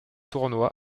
tournoi